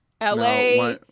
la